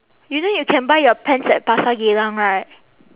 you know you can buy your pants at pasar geylang right